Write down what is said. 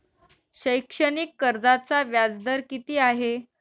शैक्षणिक कर्जाचा व्याजदर किती आहे?